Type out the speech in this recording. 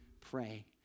pray